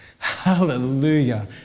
Hallelujah